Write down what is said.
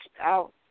out